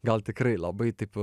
gal tikrai labai taip